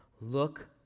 Look